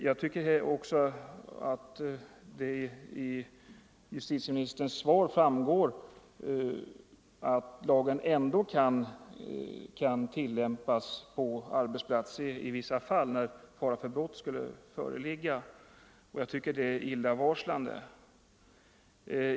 Jag tycker att det av justitieministerns svar framgår att lagen — Ang. tillämplighekan tillämpas på arbetsplatser i vissa fall när fara för brott skulle föreligga, ten av lagen om och det är illavarslande.